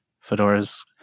Fedora's